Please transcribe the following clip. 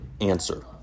answer